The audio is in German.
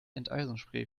enteisungsspray